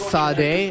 Sade